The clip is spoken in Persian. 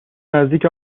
نزدیک